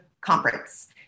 conference